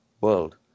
world